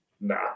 nah